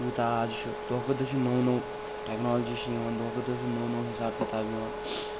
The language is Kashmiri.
یوٗتاہ اَز چھُ دۄہ کھۄتہٕ دۄہ چھ نٔوو نٔوو ٹٮ۪کنالجی چھِ یِوان دۄہ کھوتہٕ دۄہ چُھ نوٚو نوٚو حِساب کِتاب یِوان